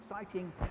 exciting